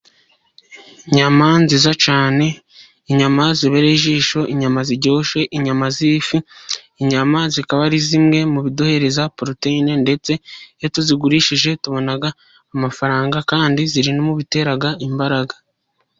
Inyama nziza cyane, inyama zibereye ijisho, inyama ziryoshe, inyama z'ifi. Inyama zikaba ari zimwe mu biduhereza poroteyine, ndetse iyo tuzigurishije tubona amafaranga kandi ziririmo ibiteraga imbaraga.